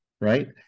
right